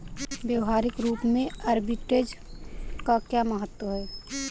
व्यवहारिक रूप में आर्बिट्रेज का क्या महत्व है?